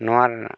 ᱱᱚᱣᱟ ᱨᱮᱱᱟᱜ